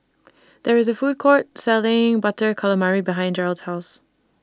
There IS A Food Court Selling Butter Calamari behind Jerold's House